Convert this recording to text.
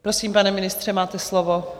Prosím, pane ministře, máte slovo.